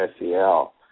SEL